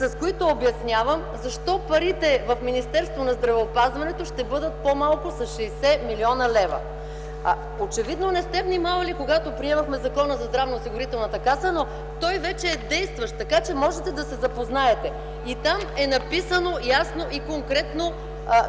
с които обяснявам защо парите в Министерството на здравеопазването ще бъдат по-малко с 60 млн. лв. Очевидно не сте внимавали, когато приемахме Закона за здравноосигурителната каса, но той вече е действащ, така че можете да се запознаете. Там е написано ясно и конкретно